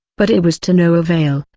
but it was to no avail,